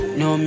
no